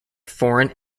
foreign